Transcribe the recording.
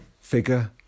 figure